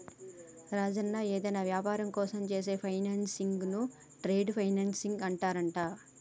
రాజన్న ఏదైనా వ్యాపారం కోసం చేసే ఫైనాన్సింగ్ ను ట్రేడ్ ఫైనాన్సింగ్ అంటారంట